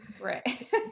Right